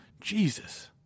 jesus